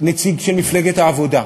נציג של מפלגת העבודה,